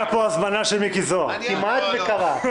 כמעט זה קרה.